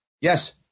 Yes